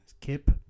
Kip